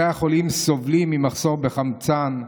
בתי החולים סובלים ממחסור בחמצן,